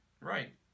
right